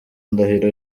ndahiro